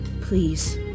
Please